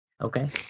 Okay